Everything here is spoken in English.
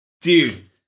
dude